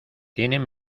tienen